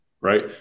right